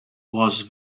was